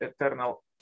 eternal